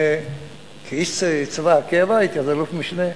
כאיש צבא הקבע, הייתי אז אלוף-משנה,